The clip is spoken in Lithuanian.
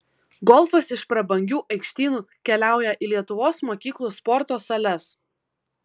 golfas iš prabangių aikštynų keliauja į lietuvos mokyklų sporto sales